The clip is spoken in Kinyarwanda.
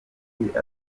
iminsi